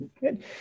Good